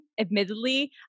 Admittedly